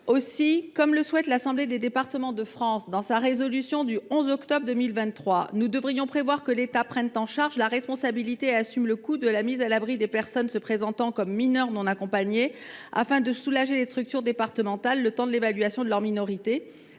Aussi, conformément au souhait exprimé par l’Assemblée des départements de France dans sa résolution du 11 octobre 2023, nous devrions faire en sorte que l’État prenne en charge la responsabilité et le coût de la mise à l’abri des personnes se présentant comme mineurs non accompagnés, afin de soulager les structures départementales, le temps que soit évaluée leur minorité,